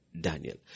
Daniel